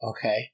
Okay